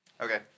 Okay